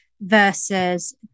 versus